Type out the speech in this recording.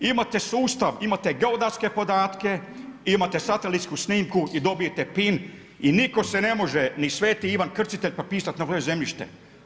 Imate sustav, imate geodetske podatke, imate satelitsku snimku i dobijete PIN i nitko se ne može ni Sv. Ivan Krstitelj prepisati na moje zemljište.